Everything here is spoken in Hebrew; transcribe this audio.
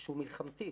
שהוא מלחמתי